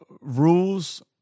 rules